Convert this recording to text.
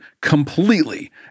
completely